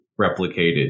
replicated